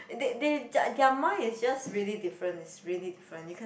they they their mind is just really different is really different you can't